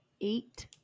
eight